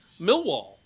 Millwall